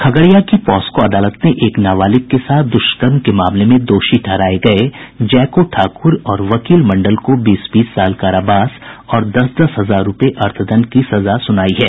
खगड़िया की पॉस्को अदालत ने एक नाबालिग के साथ दुष्कर्म के मामले में दोषी ठहराये गये जैको ठाकूर और वकील मंडल को बीस बीस साल कारावास और दस दस हजार रूपये अर्थदंड की सजा सुनाई है